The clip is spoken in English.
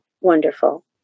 wonderful